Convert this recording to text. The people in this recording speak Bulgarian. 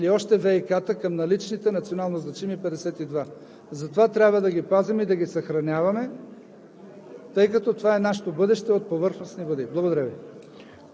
и може да се наложи в бъдеще да включим още язовири или още ВиК-та към наличните 52 национално значими. Затова трябва да ги пазим и да ги съхраняваме,